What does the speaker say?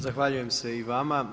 Zahvaljujem se i vama.